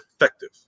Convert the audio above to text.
effective